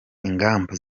ingamba